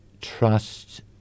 trust